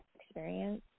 experience